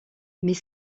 mais